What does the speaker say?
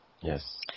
Yes